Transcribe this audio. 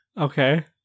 Okay